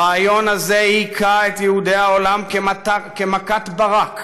הרעיון הזה הכה את יהודי העולם כמכת ברק,